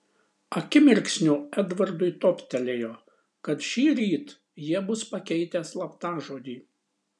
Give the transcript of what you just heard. akimirksniu edvardui toptelėjo kad šįryt jie bus pakeitę slaptažodį